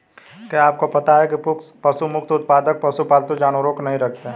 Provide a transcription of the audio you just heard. क्या आपको पता है पशु मुक्त उत्पादक पालतू जानवरों को नहीं रखते हैं?